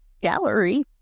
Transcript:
gallery